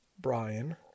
Brian